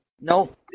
No